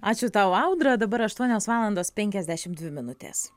ačiū tau audra dabar aštuonios valandos penkiasdešimt dvi minutės